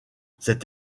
cette